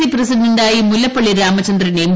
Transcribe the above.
C പ്രസിഡന്റായി Mullappally Ramachandran M